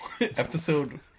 episode